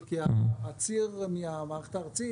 כי הציר מהמערכת הארצית,